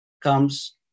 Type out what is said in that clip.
comes